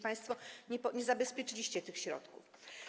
Państwo nie zabezpieczyliście tych środków.